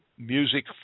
music